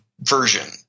version